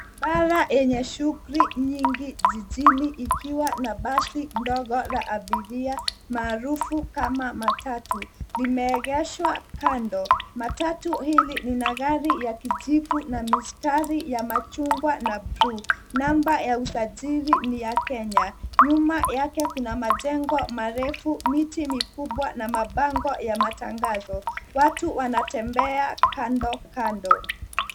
Bara yenye shughuli nyingi jijini ikiwa na basi ndogo la abiria maarufu kama matatu. Limeegeshwa kando. Matatu hili lina rangi ya kijivu na mistari ya machungwa na buluu. Namba ya usajili ni ya Kenya. Nyuma yake kuna majengo marefu, miti mikubwa na mabango ya matangazo. Watu wanatembea kando kando.